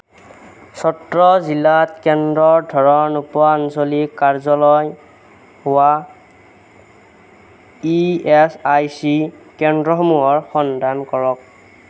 চত্ৰ জিলাত কেন্দ্ৰৰ ধৰণ উপ আঞ্চলিক কাৰ্যালয় হোৱা ই এচ আই চি কেন্দ্ৰসমূহৰ সন্ধান কৰক